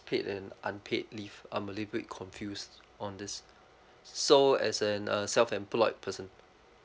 paid and unpaid leave I'm a lil bit confused on this so as in a self employed person